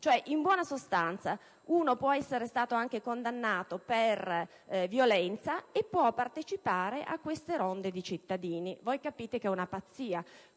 In buona sostanza, anche un soggetto condannato per violenza può partecipare a queste ronde di cittadini. Voi capite che è una pazzia.